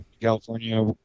california